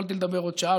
יכולתי לדבר עוד שעה,